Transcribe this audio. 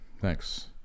Thanks